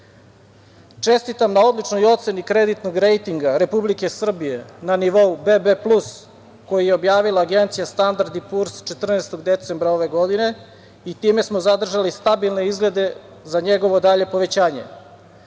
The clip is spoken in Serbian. Srbije. Čestitam na odličnoj oceni kreditnog rejtinga Republike Srbije na nivou BB plus, koji je objavila Agencija „Standard i Purs“ 14. decembra ove godine i time smo zadržali stabilne izglede za njegovo dalje povećanje. Sve